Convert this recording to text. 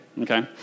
Okay